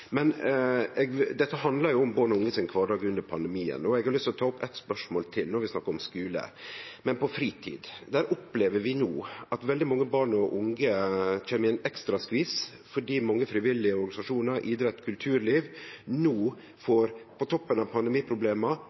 Dette handlar jo om kvardagen barn og unge har under pandemien, og eg har lyst til å ta opp eit spørsmål til. No har vi snakka om skule, men når det gjeld fritida, opplever vi no at veldig mange barn og unge kjem i ein ekstra skvis fordi mange frivillige organisasjonar – idrett og kulturliv – på toppen av pandemiproblema